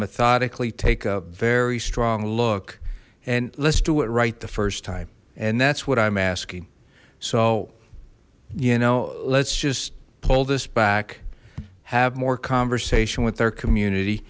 methodically take a very strong look and let's do it right the first time and that's what i'm asking so you know let's just pull this back have more conversation with our community